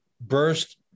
burst